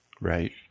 Right